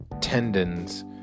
tendons